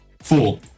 Four